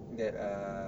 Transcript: that uh